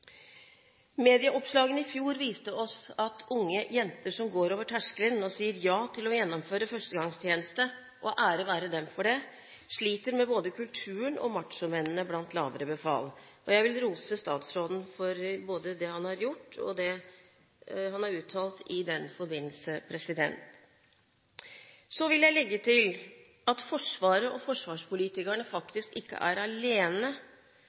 Medieoppslagene i fjor viste oss at unge jenter som går over terskelen og sier ja til å gjennomføre førstegangstjenesten – ære være dem – sliter med både kulturen og machomennene blant lavere befal. Jeg vil rose statsråden for det han har gjort, og for det han har uttalt i den forbindelse. Så vil jeg legge til at Forsvaret og forsvarspolitikerne faktisk ikke er alene